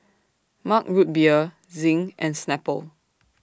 Mug Root Beer Zinc and Snapple